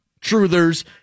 truthers